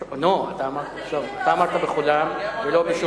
לא, אתה אמרת בחולם ולא בשורוק.